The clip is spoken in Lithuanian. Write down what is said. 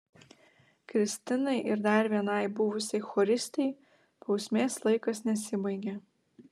kristinai ir dar vienai buvusiai choristei bausmės laikas nesibaigė